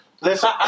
Listen